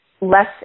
less